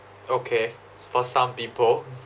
okay for some people